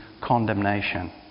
condemnation